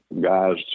guys